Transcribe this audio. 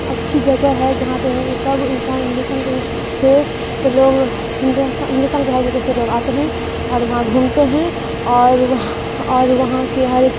اچھی جگہ ہے جہاں پہ سب انسان ہندوستان کے سے لوگ ہندوستان کے ہر جگہ سے لوگ آتے ہیں اور وہاں گھومتے ہیں اور وہ اور وہاں کے ہر ایک